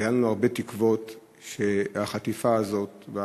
היו לנו הרבה תקוות שהחטיפה הזאת,